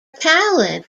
talent